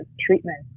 treatment